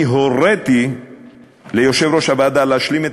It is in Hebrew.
אני הוריתי ליושב-ראש הוועדה להשלים את